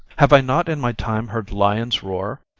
have i not in my time heard lions roar?